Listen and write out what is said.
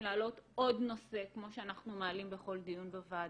להעלות עוד נושא כמו שאנחנו מעלים בכל דיון בוועדה,